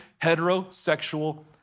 heterosexual